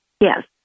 Yes